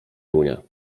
runie